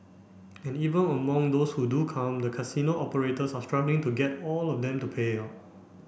and even among those who do come the casino operators are struggling to get all of them to pay up